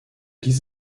dies